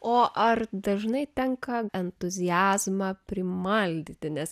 o ar dažnai tenka entuziazmą primaldyti nes